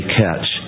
catch